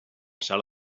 sala